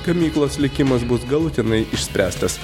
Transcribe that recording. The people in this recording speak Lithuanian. gamyklos likimas bus galutinai išspręstas